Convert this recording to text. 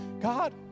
God